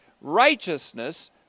righteousness